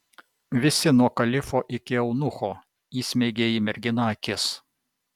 visi nuo kalifo iki eunucho įsmeigė į merginą akis